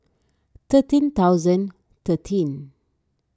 thirteen thousand thirteen